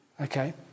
Okay